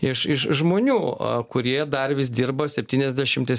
iš iš žmonių kurie dar vis dirba septyniasdešimties